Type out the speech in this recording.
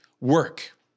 work